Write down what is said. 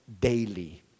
daily